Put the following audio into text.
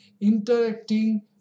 Interacting